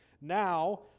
Now